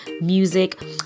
Music